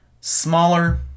smaller